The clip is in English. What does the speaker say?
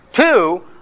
Two